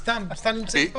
אנחנו סתם נמצאים פה?